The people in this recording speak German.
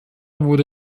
wurde